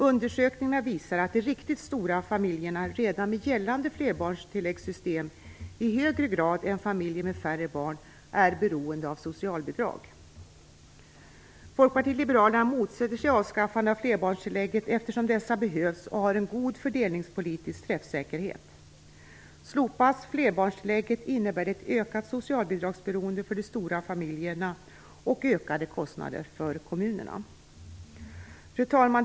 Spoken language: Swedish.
Undersökningar visar att de riktigt stora familjerna redan med gällande flerbarnstilläggssystem i högre grad än familjer med färre barn är beroende av socialbidrag. Folkpartiet liberalerna motsätter sig avskaffandet av flerbarnstilläggen, eftersom dessa behövs och har en god fördelningspolitisk träffsäkerhet. Slopas flerbarnstillägget innebär det ett ökat socialbidragsberoende för de stora familjerna och ökade kostnader för kommunerna. Fru talman!